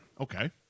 Okay